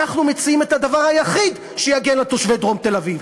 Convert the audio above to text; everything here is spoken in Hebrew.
אנחנו מציעים את הדבר היחיד שיגן על תושבי דרום תל-אביב,